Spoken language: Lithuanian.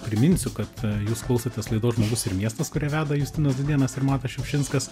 priminsiu kad jūs klausotės laidos žmogus ir miestas kurią veda justinas dūdėnas ir matas šiupšinskas